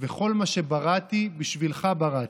וכל מה שבראתי, בשבילך בראתי.